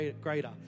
greater